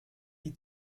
die